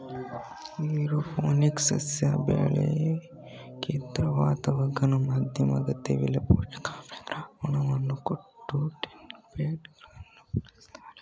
aeroponics ಸಸ್ಯ ಬೆಳ್ಯೋಕೆ ದ್ರವ ಅಥವಾ ಘನ ಮಾಧ್ಯಮ ಅಗತ್ಯವಿಲ್ಲ ಪೋಷಕಾಂಶ ದ್ರಾವಣವನ್ನು ಕೊಟ್ಟು ಟೆಂಟ್ಬೆಗಳಲ್ಲಿ ಬೆಳಿಸ್ತರೆ